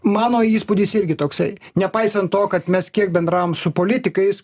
mano įspūdis irgi toksai nepaisant to kad mes kiek bendravom su politikais